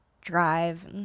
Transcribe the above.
drive